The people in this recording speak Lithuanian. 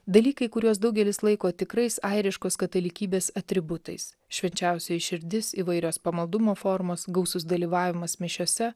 dalykai kuriuos daugelis laiko tikrais airiškos katalikybės atributais švenčiausioji širdis įvairios pamaldumo formos gausus dalyvavimas mišiose